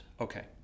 Okay